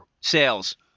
sales